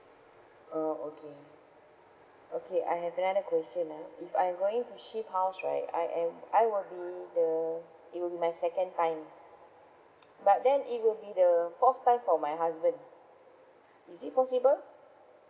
uh okay okay I have another question ah if I'm going to shift house right I am I will be the it will be my second time but then it will be the fourth time for my husband is it possible